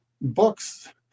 books